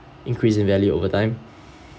increase in value over time